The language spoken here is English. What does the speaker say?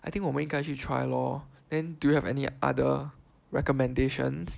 I think 我们应该去 try lor then do you have any other recommendations